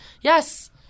Yes